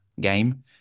game